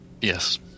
Yes